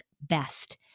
best